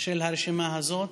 של הרשימה הזאת,